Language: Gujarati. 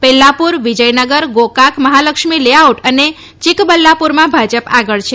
પેલ્લાપુર વિજયનગર ગોકાક મહાલક્ષ્મી લેઆઉટ અને ચિકબલ્લાપુરમાં ભાજપ આગળ છે